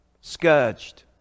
scourged